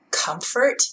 Comfort